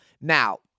now